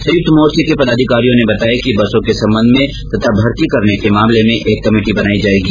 संयुक्त मोर्चे के पदाधिकारियों ने बताया कि बसों के संबंध में तथा मर्ती करने के मामले में एक कमेटी बनाई जायेगी